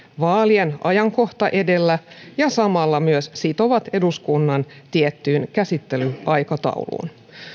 vaalien ajankohta edellä ja samalla myös sitovat eduskunnan tiettyyn käsittelyaikatauluun